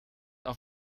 auf